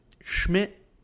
Schmidt